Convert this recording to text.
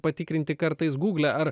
patikrinti kartais gugle ar